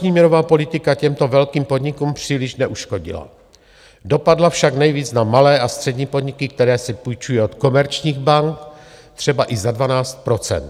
Protiinflační měnová politika těmto velkým podnikům příliš neuškodila, dopadla však nejvíc na malé a střední podniky, které si půjčují od komerčních bank, třeba i za 12 %.